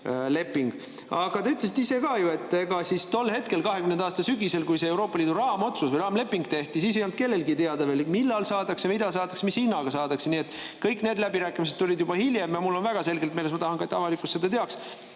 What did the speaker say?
leping. Aga te ütlesite ise ka, et ega tol hetkel, 2020. aasta sügisel, kui see Euroopa Liidu raamotsus või raamleping tehti, ei olnud kellelgi teada, millal saadakse, mida saadakse, mis hinnaga saadakse. Kõik need läbirääkimised tulid juba hiljem. Mul on väga selgelt meeles ja ma tahan, et avalikkus seda teaks: